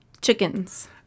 chickens